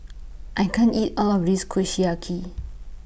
I can't eat All of This Kushiyaki